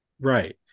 right